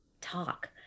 talk